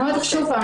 אני אומרת שוב פעם,